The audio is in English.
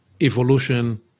evolution